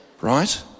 Right